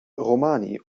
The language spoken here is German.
romani